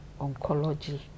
oncology